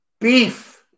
Beef